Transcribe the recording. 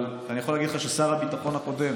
אבל אני יכול להגיד לך ששר הביטחון הקודם